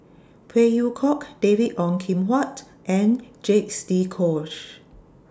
Phey Yew Kok David Ong Kim Huat and Jacques De Coutre